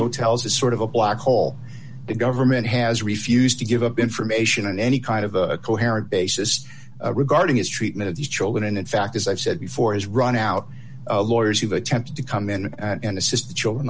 hotels is sort of a black hole the government has refused to give up information on any kind of a coherent basis regarding his treatment of these children and in fact as i've said before has run out of lawyers have attempted to come in and assist the children